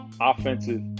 Offensive